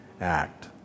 act